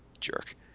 Jerk